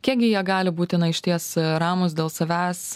kiekgi jie gali būti na išties ramūs dėl savęs